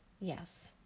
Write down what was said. Yes